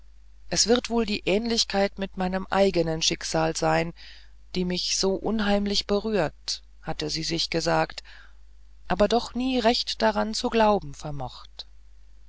es wird wohl die ähnlichkeit mit meinem eigenen schicksal sein die mich so unheimlich berührt hatte sie sich gesagt aber doch nie recht daran zu glauben vermocht